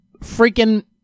freaking